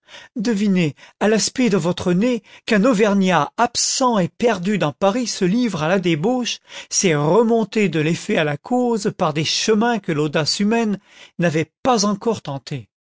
deviner à l'aspect de votre nez qu'un auvergnat absent et perdu dans paris se livre à la débauche c'est remonter de l'effet à la cause par des chemins que l'audace humaine n'avait pas encore tentés